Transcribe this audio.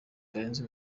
karenzi